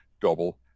double